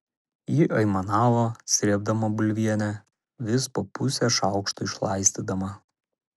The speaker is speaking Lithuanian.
ji aimanavo srėbdama bulvienę vis po pusę šaukšto išlaistydama